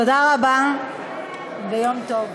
תודה רבה ויום טוב.